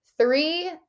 three